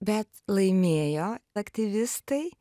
bet laimėjo aktyvistai